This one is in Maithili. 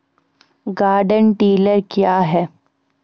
गार्डन टिलर क्या हैं?